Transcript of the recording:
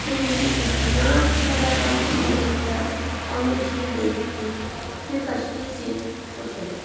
پھر مجھے اتنا اچھا لگا جھیل دیکھ کر اور میں جھیل دیکھتی پھر کشتی سے اتر گئی